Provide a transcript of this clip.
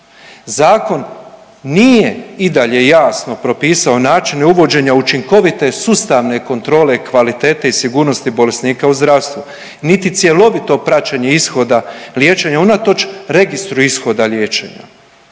Zakon nije i dalje jasno propisao načine uvođenja učinkovite sustavne kontrole kvalitete i sigurnosti bolesnika u zdravstvu, niti cjelovito praćenje ishoda liječenja unatoč registru ishoda liječenja.